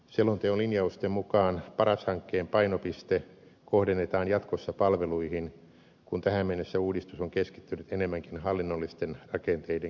selonteon linjausten mukaan paras hankkeen painopiste kohdennetaan jatkossa palveluihin kun tähän mennessä uudistus on keskittynyt enemmänkin hallinnollisten rakenteiden kehittämiseen